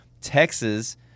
Texas